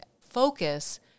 focus